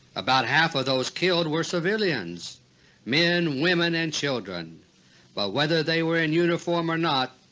about half of those killed were civilians men, women, and children but whether they were in uniform or not,